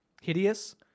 Hideous